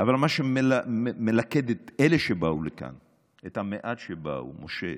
אבל מה שמלכד את אלה שבאו לכאן, את המעט שבאו: משה